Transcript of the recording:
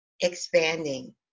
Expanding